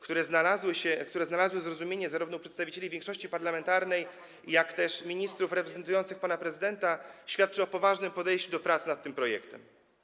które znalazły zrozumienie zarówno u przedstawicieli większości parlamentarnej, jak i u ministrów reprezentujących pana prezydenta, świadczy o poważnym podejściu do pracy nad tym projektem.